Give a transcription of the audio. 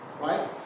right